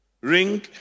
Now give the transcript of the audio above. Ring